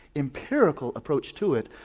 empirical approach to it,